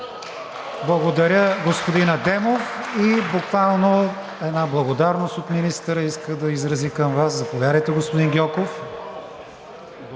Благодаря, господин Адемов. Буквално една благодарност от министъра иска да изрази към Вас – заповядайте, господин Гьоков.